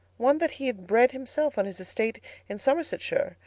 one that he had bred himself on his estate in somersetshire,